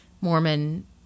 Mormon